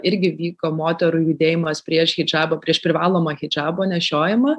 irgi vyko moterų judėjimas prieš hidžabą prieš privalomą hidžabo nešiojimą